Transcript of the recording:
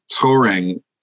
Touring